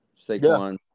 Saquon